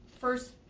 first